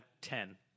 ten